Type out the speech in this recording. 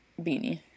Beanie